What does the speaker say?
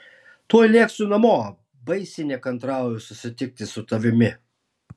tuoj lėksiu namo baisiai nekantrauju susitikti su tavimi